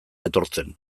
etortzen